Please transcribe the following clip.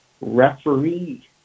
referee